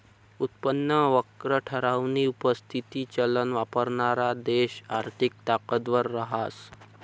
उत्पन्न वक्र ठरावानी परिस्थिती चलन वापरणारा देश आर्थिक ताकदवर रहास